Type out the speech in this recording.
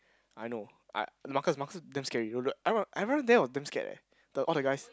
I know I Marcus Marcus is damn scary you know I remember everyone there was damn scared leh the all the guys